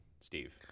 Steve